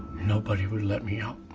nobody would let me out.